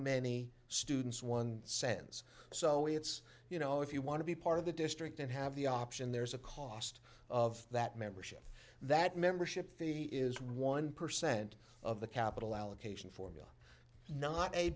many students one sends so it's you know if you want to be part of the district and have the option there's a cost of that membership that membership fee is one percent of the capital allocation formula not a